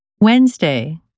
Wednesday